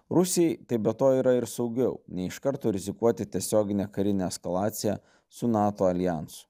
rusijai tai be to yra ir saugiau nei iš karto rizikuoti tiesiogine karine eskalacija su nato aljansu